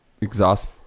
exhaust